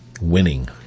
winning